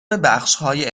بخشهای